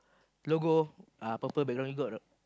logo uh purple below it got or